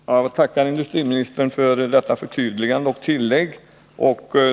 Herr talman! Jag tackar industriministern för detta förtydligande och tillägg.